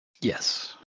Yes